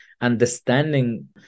understanding